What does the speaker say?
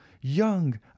young